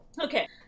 Okay